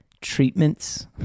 treatments